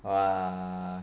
!wah!